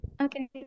okay